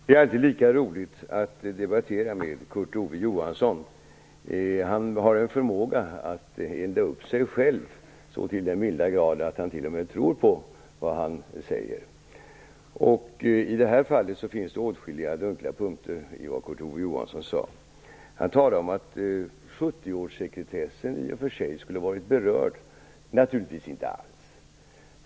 Fru talman! Det är alltid lika roligt att debattera med Kurt Ove Johansson. Han har en förmåga att elda upp sig till den milda grad att han t.o.m. tror på vad han säger. I det här fallet fanns det åtskilliga dunkla punkter i vad Kurt Ove Johansson sade. Han talade om att 70-årssekretessen skulle ha varit berörd. Naturligtvis inte!